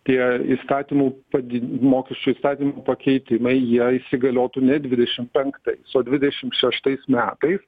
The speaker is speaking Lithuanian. tie įstatymų padi mokesčių įstatymų pakeitimai jie įsigaliotų ne dvidešimt penktais su dvidešimt šeštais metais